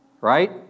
Right